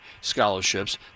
scholarships